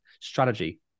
strategy